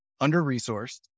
under-resourced